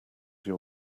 your